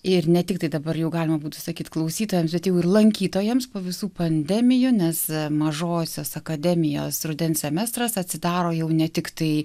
ir ne tik tai dabar jau galima būtų sakyt klausytojams bet jau ir lankytojams po visų pandemijų nes mažosios akademijos rudens semestras atsidaro jau ne tiktai